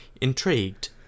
Intrigued